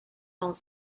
dans